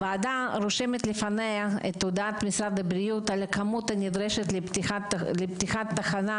הוועדה רשומת לפניה את הודעת משרד הבריאות על הכמות הנדרשת לפתיחת תחנה,